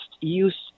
use